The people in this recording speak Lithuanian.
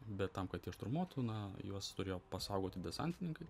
bet tam kad jie šturmuotų na juos turėjo pasaugoti desantininkai